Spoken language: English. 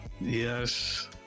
Yes